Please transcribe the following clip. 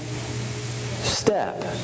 step